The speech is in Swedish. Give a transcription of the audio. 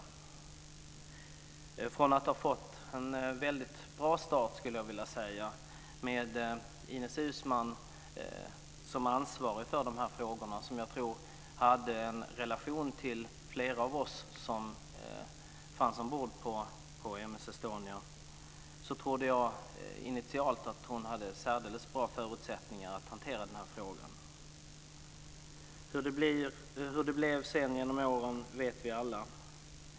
Efter att ha fått, skulle jag vilja säga, en väldigt bra start med Ines Uusmann som ansvarig för dessa frågor och som jag tror hade en relation till flera av oss som fanns ombord på M/S Estonia, trodde jag initialt att hon skulle ha särdeles bra förutsättningar att hantera frågan. Hur det sedan genom åren blev vet vi alla.